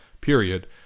period